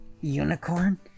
Unicorn